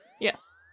Yes